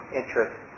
interest